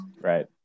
right